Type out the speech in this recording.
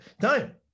time